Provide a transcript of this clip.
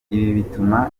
bituma